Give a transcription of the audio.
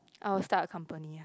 I'll start a company ah